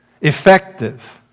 Effective